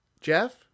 Jeff